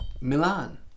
Milan